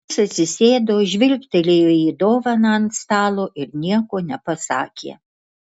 jis atsisėdo žvilgtelėjo į dovaną ant stalo ir nieko nepasakė